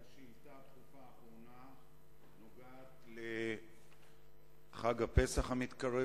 השאילתא הבאה נוגעת לחג הפסח המתקרב